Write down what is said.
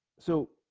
so